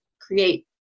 create